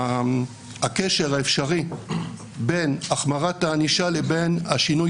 הקשר האפשרי בין החמרת הענישה לבין השינוי